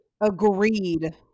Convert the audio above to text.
agreed